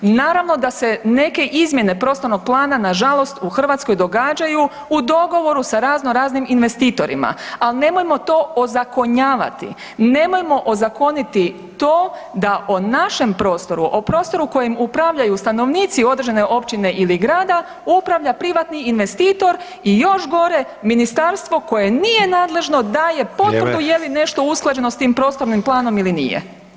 Naravno da se neke izmjene Prostornog plana nažalost u Hrvatskoj događaju u dogovoru sa razno, raznim investitorima, ali nemojmo to ozakonjavati, nemojmo ozakoniti to da o našem prostoru, o prostoru kojim upravljaju stanovnici određene općine ili grada upravlja privatni investitor i još gore Ministarstvo koje nije nadležno da je [[Upadica Ante Sanader: Vrijeme.]] je li nešto usklađeno s tim Prostornim planom ili nije.